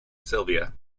sylvia